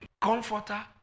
comforter